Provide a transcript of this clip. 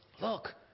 Look